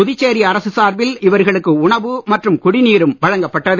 புதுச்சேரி அரசு சார்பில் இவர்களுக்கு உணவு மற்றும் குடிநீரும் வழங்கப் பட்டது